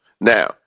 now